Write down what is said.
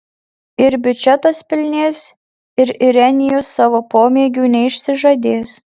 ir biudžetas pilnės ir irenijus savo pomėgių neišsižadės